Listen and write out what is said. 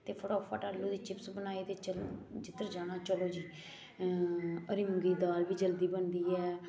ते फटोफट आलू दी चिप्स बनाई ते जिद्धर जाना चलो जी हरी मुंगी दी दाल बी जल्दी बनदी ऐ